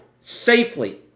safely